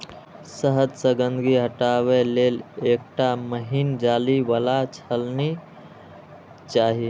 शहद सं गंदगी हटाबै लेल एकटा महीन जाली बला छलनी चाही